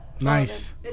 nice